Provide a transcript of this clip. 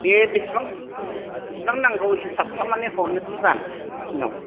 दे बेसेबां बेसेबां नांगौ हिसाब खालामनानै हरनोसै बाल उनाव